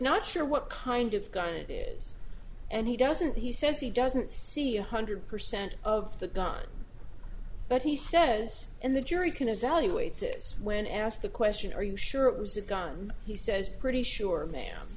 not sure what kind of guy it is and he doesn't he says he doesn't see one hundred percent of the gun but he says in the jury can evaluate this when asked the question are you sure it was a gun he says pretty sure ma'am